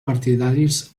partidaris